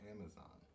Amazon